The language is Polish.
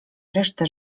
resztę